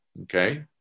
Okay